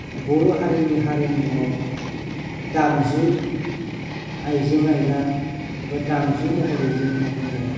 बर' हारिनि हारिमुयाव दामजु आयजें आइला एबा दामजु महरै जोंहा दङ